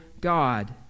God